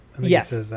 Yes